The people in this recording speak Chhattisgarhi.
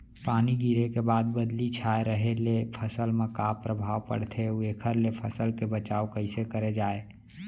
पानी गिरे के बाद बदली छाये रहे ले फसल मा का प्रभाव पड़थे अऊ एखर ले फसल के बचाव कइसे करे जाये?